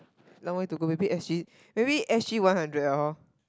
no way to go maybe SG maybe SG one hundred lor